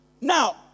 Now